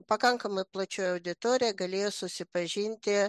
pakankamai plačioji auditorija galėjo susipažinti